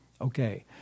Okay